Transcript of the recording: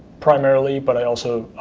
primarily, but i also